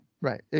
right